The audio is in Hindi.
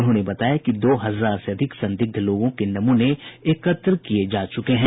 उन्होंने बताया कि दो हजार से अधिक संदिग्ध लोगों के नमूने एकत्र किये जा चुके हैं